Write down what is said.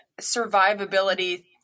survivability